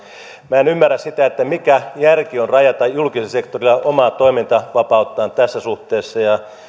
minä en ymmärrä sitä mikä järki on rajata julkisen sektorin omaa toimintavapautta tässä suhteessa ja